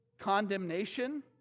condemnation